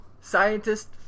Scientists